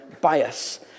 bias